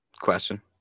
question